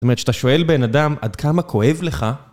זאת אומרת, כשאתה שואל בן אדם עד כמה כואב לך...